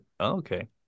Okay